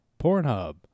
Pornhub